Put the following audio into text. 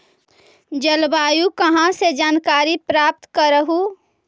जलवायु कहा से जानकारी प्राप्त करहू?